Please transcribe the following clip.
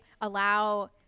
allow